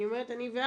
אני אומרת אני ואת,